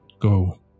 go